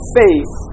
faith